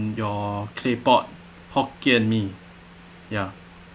your claypot hokkien mee ya